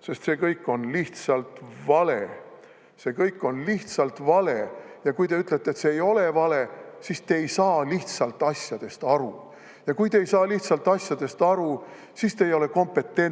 sest see kõik on lihtsalt vale. See kõik on lihtsalt vale! Ja kui te ütlete, et see ei ole vale, siis te ei saa lihtsalt asjadest aru. Ja kui te ei saa lihtsalt asjadest aru, siis te ei ole kompetentne.